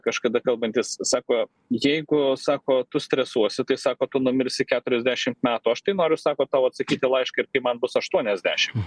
kažkada kalbantis sako jeigu sako tu stresuosi tai sako tu numirsi keturiasdešimt metų aš tai noriu sako tau atsakyti laišką ir kai man bus aštuoniasdešimt